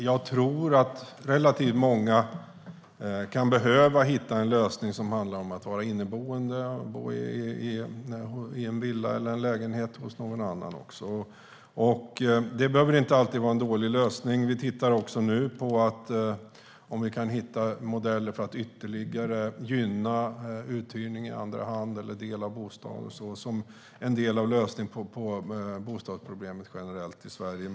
Jag tror att relativt många kan behöva hitta en lösning som handlar om att vara inneboende, att bo i en villa eller en lägenhet hos någon annan. Det behöver inte alltid vara en dålig lösning. Vi tittar nu också på om vi kan hitta modeller för att ytterligare gynna uthyrning i andra hand som en del av en lösning på bostadsproblemet generellt i Sverige.